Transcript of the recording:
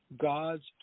God's